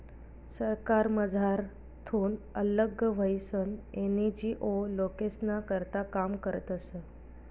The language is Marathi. सरकारमझारथून आल्लग व्हयीसन एन.जी.ओ लोकेस्ना करता काम करतस